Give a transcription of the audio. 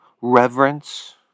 reverence